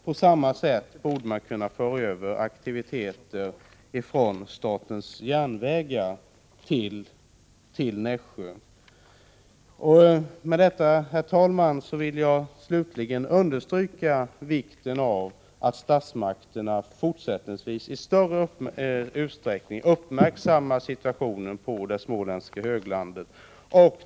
På samma sätt borde man kunna föra över aktiviteter från statens järnvägar till Nässjö. Med detta, herr talman, vill jag slutligen understryka vikten av att statsmakterna fortsättningsvis i större utsträckning uppmärksammar situationen på det småländska höglandet.